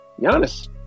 Giannis